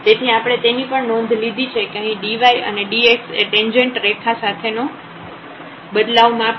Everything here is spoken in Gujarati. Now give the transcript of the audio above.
તેથી આપણે તેની પણ નોંધ લીધી છે કે અહીં dy અને dx એ ટેંજેન્ટ રેખા સાથેનો બદલાવ માપે છે